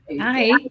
Hi